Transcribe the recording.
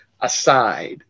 aside